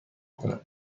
کند